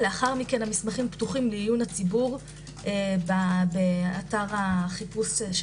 ולאחר מכן המסמכים פתוחים לעיון הציבור באתר החיפוש של